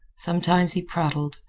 sometimes he prattled,